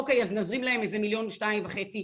אוקיי, אז נזרים להם איזה מיליון, שניים או שלוש.